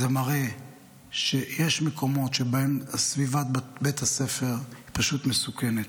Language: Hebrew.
זה מראה שיש מקומות שבהם סביבת בית הספר פשוט מסוכנת.